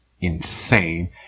insane